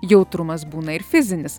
jautrumas būna ir fizinis